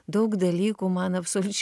daug dalykų man absoliučiai